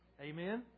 Amen